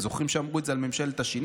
אתם זוכרים שאמרו את זה על ממשלת השינוי?